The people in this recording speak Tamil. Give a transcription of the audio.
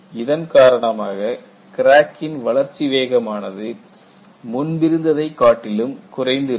இதன்காரணமாக கிராக்கின் வளர்ச்சி வேகமானது முன்பிருந்ததை காட்டிலும் குறைந்து இருக்கும்